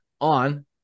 on